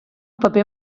paper